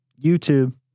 YouTube